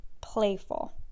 playful